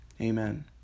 Amen